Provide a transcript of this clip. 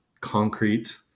concrete